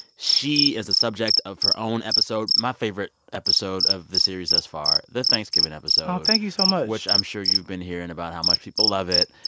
she is the subject of her own episode, my favorite episode of the series thus far, the thanksgiving episode oh, thank you so much which i'm sure you've been hearing about how much people love it.